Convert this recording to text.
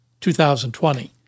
2020